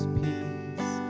peace